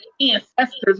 ancestors